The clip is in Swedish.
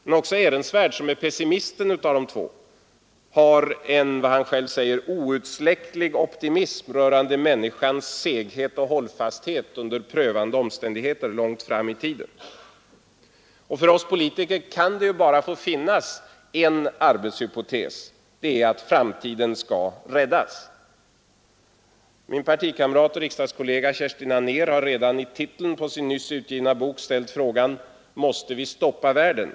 Men också Ehrensvärd som är pessimisten av de två har en vad han själv säger ”outsläcklig optimism rörande människans seghet och hållfasthet under prövande omständigheter, långt fram i tiden”. För oss politiker kan det ju bara finnas en arbetshypotes: framtiden skall räddas. Min partikamrat och riksdagskollega Kerstin Anér har redan i titeln på sin nyss utgivna bok ställt frågan: Måste vi stoppa världen?